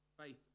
Faith